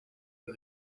più